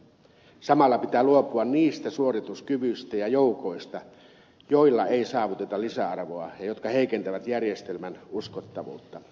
samalla pitää luopua niistä suorituskyvyistä ja joukoista joilla ei saavuteta lisäarvoa ja jotka heikentävät järjestelmän uskottavuutta